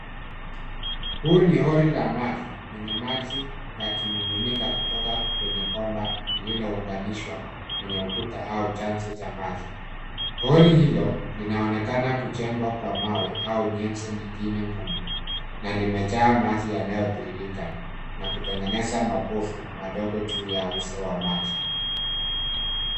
Huu ni hori la maji lenye maji ya kimiminika kutoka kwenye bomba lililounganishwa kwenye ukuta au chanzo cha maji ,hori hilo linaonekana kujengwa kwa mawe au jenzi nyingine ngumu na limejaa maji yanayotiririka na kutengeneza mapovu madogo juu ya uso wa maji.